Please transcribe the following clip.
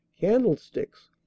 candlesticks